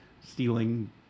stealing